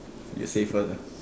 you say first ah